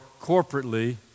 corporately